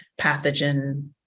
pathogen